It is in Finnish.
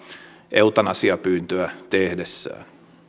eutanasiapyyntöä tehdessään